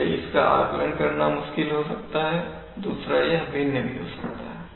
पहले इसका आकलन करना मुश्किल हो सकता है दूसरा यह भिन्न भी हो सकता है